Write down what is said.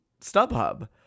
StubHub